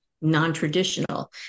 non-traditional